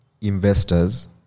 investors